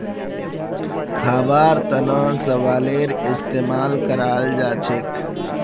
खाबार तनों शैवालेर इस्तेमाल कराल जाछेक